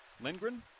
Lindgren